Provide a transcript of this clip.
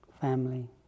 family